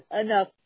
Enough